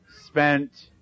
spent